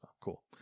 Cool